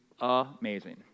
amazing